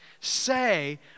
say